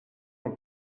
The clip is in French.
mon